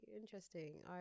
interesting